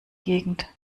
gegend